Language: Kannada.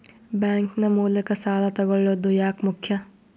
ಬ್ಯಾಂಕ್ ನ ಮೂಲಕ ಸಾಲ ತಗೊಳ್ಳೋದು ಯಾಕ ಮುಖ್ಯ?